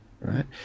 Right